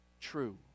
true